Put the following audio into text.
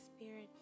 Spirit